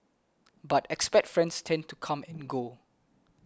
but expat friends tend to come and go